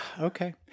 Okay